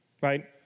Right